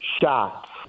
shots